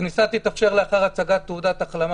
הכניסה תתאפשר לאחר הצעת תעודת החלמה